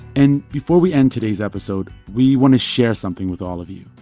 and before we end today's episode, we want to share something with all of you.